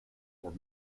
were